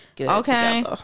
okay